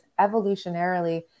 evolutionarily